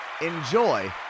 enjoy